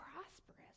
prosperous